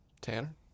Tanner